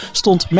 stond